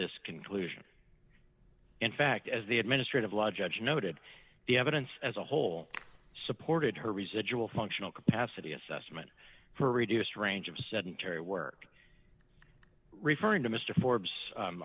this conclusion in fact as the administrative law judge noted the evidence as a whole supported her residual functional capacity assessment for a reduced range of sedentary work referring to mr for